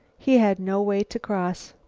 he had no way to cross.